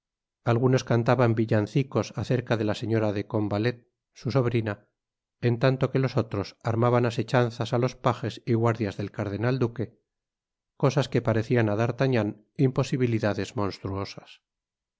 algunos cantaban villancicos acerca de la señora de combalet su sobrina en tanto que los otros armaban asechanzas á los pajes y guardias del cardenal duque cosas que parecían á d'artagnan imposibilidades monstruosas